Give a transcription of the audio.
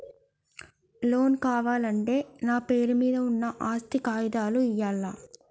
Loan కావాలంటే నా పేరు మీద ఉన్న ఆస్తి కాగితాలు ఇయ్యాలా?